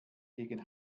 gegen